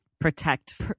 protect